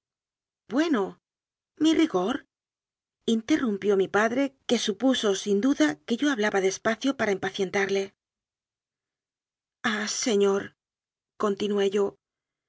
bueno mi rigor interrumpió mi pa dre que supuso sin duda que yo hablaba despa cio para impacientarle ah señor continué yo